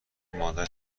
مادر